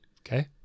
okay